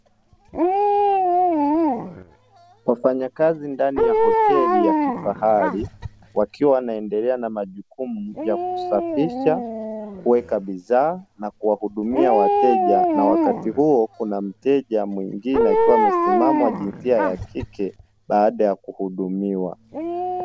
Wafanyakazi ndani ya hoteli ya kifahari wakiwa wanaendelea na majukumu ya kusafisha kuweka bidhaa na kuwahudumia wateja, na wakati huo kuna mteja mwingine akiwa amesimama wa jinsia ya kike baada ya kuhudumiwa.